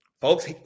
folks